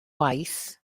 waith